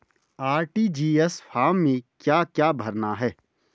RTGS form में क्या क्या भरना है?